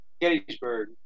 Gettysburg